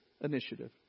initiative